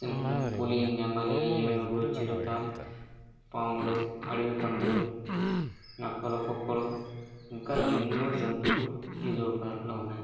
సింహం పులి నెమలి ఏనుగు చిరుతు పాములు అడవి పందులు నక్కలు కుక్కలు ఇంకా ఎన్నో జంతువులు ఈ జూ పార్కు లో ఉన్నాయి